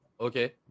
okay